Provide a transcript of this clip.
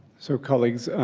so colleagues,